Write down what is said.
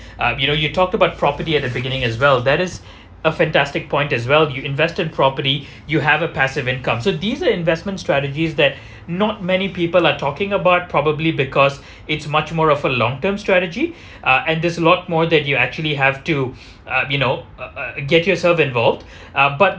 uh you know you've talked about property at the beginning as well that is a fantastic point as well you invested property you have a passive income so these are investment strategies that not many people are talking about probably because it's much more of a long term strategy ah and there's a lot more than you actually have to uh you know uh uh get yourself involved uh but